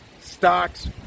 Stocks